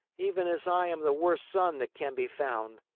even as i am the worst son that can be found.